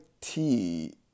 tea